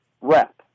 rep